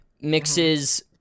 mixes